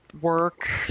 work